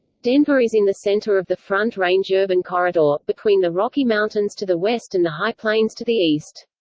denver is in the center of the front range urban corridor, between the rocky mountains to the west and the high plains to the east.